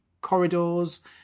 corridors